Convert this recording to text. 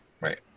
right